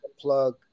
plug